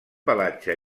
pelatge